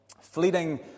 fleeting